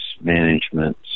management